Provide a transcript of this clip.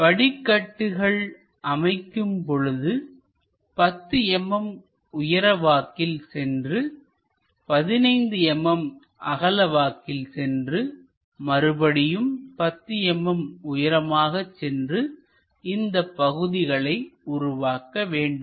படிக்கட்டுகள் அமைக்கும் பொழுது 10 mm உயரம் வாக்கில் சென்று 15 mm அகலம் வாக்கில் சென்று மறுபடியும் 10 mm உயரமாக சென்று இந்தப் பகுதிகளை உருவாக்க வேண்டும்